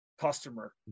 customer